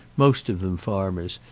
most of them farmers,